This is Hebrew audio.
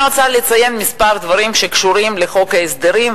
אני רוצה לציין כמה דברים שקשורים לחוק ההסדרים,